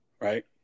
right